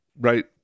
Right